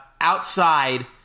outside